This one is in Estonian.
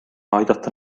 aidata